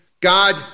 God